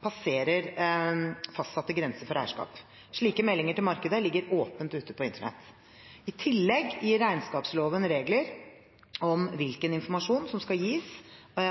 passerer fastsatte grenser for eierskap. Slike meldinger til markedet ligger åpent ute på internett. I tillegg gir regnskapsloven regler om hvilken informasjon som skal gis